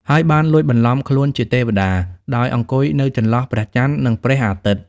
ហើយបានលួចបន្លំខ្លួនជាទេវតា ដោយអង្គុយនៅចន្លោះព្រះចន្ទ និងព្រះអាទិត្យ។